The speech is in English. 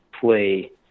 play